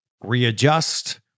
readjust